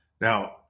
Now